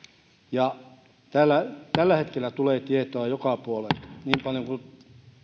eletään täällä tällä hetkellä tulee tietoa joka puolelta niin paljon kuin